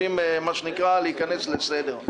ומסרבים להיכנס לסדר.